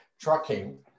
trucking